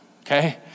okay